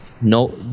No